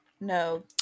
No